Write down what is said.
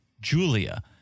Julia